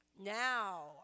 now